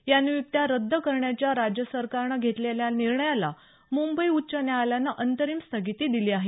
या नियुक्त्या रद्द करण्याच्या राज्य सरकारने घेतलेल्या निर्णयाला मुंबई उच्च न्यायालयानं अंतरिम स्थगिती दिली आहे